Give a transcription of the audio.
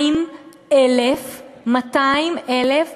יותר מ-200,000 זרים,